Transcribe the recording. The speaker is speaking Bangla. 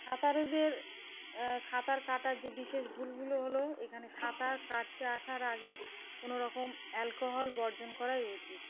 সাঁতারুদের সাঁতার কাটার যে বিশেষ ভুলগুলো হলো এখানে সাঁতার কাটতে আসার আগে কোনো রকম অ্যালকোহল বর্জন করাই উচিত